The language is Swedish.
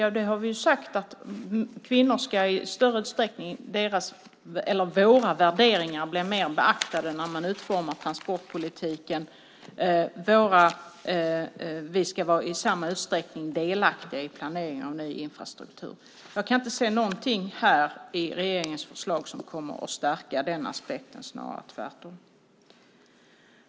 Vi har sagt att kvinnors värderingar ska beaktas mer vid utformning av transportpolitiken. Vi ska i samma utsträckning vara delaktiga i planeringen av ny infrastruktur. Jag kan inte se någonting här i regeringens förslag som kommer att stärka den aspekten - snarare tvärtom.